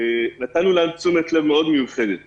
נתנו להם תשומת לב מיוחדת מאוד,